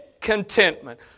contentment